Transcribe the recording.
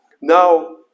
now